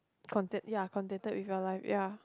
content ya contented with you life ya